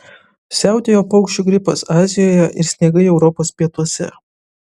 siautėjo paukščių gripas azijoje ir sniegai europos pietuose